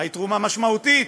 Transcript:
מהי תרומה משמעותית?